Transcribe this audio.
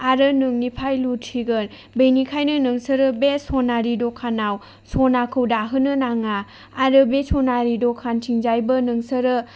आरो नोंनिफ्राय लुथिगोन बेनिखायनो नोंसोरो बे सनारि दखानाव सनाखौ दाहोनो नाङा आरो बे सनारि दखानथिंजायबो नोंसोरो